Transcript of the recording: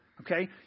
Okay